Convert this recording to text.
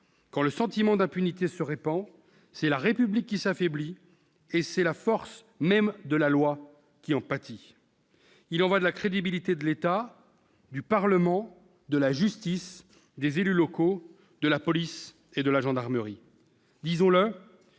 Quand le sentiment d'impunité se répand, c'est la République qui s'affaiblit et c'est la force même de la loi qui en pâtit. Il y va de la crédibilité de l'État, du Parlement, de la justice, des élus locaux, de la police et de la gendarmerie.